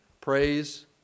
praise